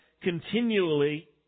continually